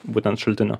būtent šaltinių